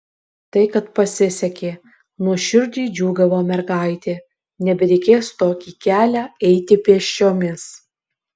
tai kad pasisekė nuoširdžiai džiūgavo mergaitė nebereikės tokį kelią eiti pėsčiomis